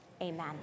amen